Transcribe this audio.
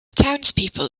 townspeople